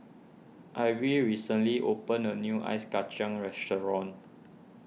Ivie recently opened a new Ice Kachang restaurant